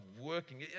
working